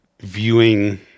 viewing